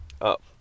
Up